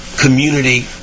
community